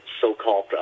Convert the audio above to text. so-called